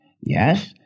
Yes